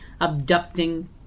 abducting